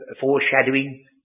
foreshadowing